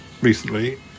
recently